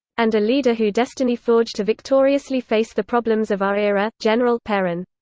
and a leader who destiny forged to victoriously face the problems of our era, general peron.